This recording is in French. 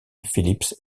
phillips